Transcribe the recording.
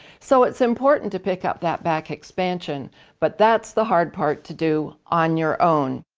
so it's important to pick up that back expansion but that's the hard part to do on your own.